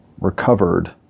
recovered